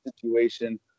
situation